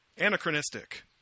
Anachronistic